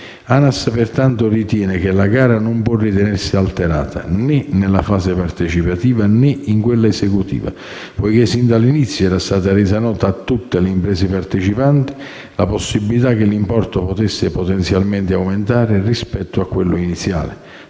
l'ANAS ritiene che la gara non può ritenersi alterata né nella fase partecipativa né in quella esecutiva, poiché sin dall'inizio era stata resa nota a tutte le imprese partecipanti la possibilità che l'importo potesse potenzialmente aumentare rispetto a quello iniziale.